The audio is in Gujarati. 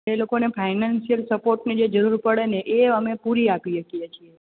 એ લોકોને ફાઈનાન્સિયલ સપોર્ટની જે જરૂર પડે ને એ અમે પૂરી આપીએ છીએ